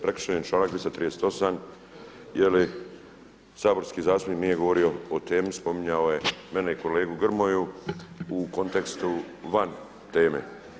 Prekršen je članak 238. jer saborski zastupnik nije govorio o temi, spominjao je mene i kolegu Grmoju u kontekstu van teme.